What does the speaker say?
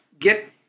get